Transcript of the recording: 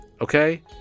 okay